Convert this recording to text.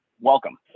Welcome